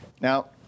Now